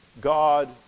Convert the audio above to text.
God